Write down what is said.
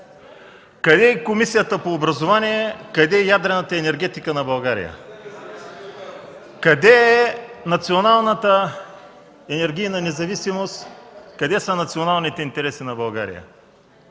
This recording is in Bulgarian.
Къде е Комисията по образование – къде е ядрената енергетика на България? Къде е националната енергийна независимост – къде са националните интереси на България?